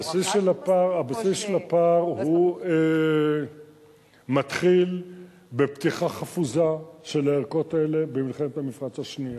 הבסיס של הפער מתחיל בפתיחה חפוזה של הערכות האלה במלחמת המפרץ השנייה,